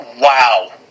Wow